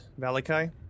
valakai